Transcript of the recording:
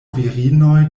virinoj